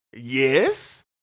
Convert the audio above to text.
Yes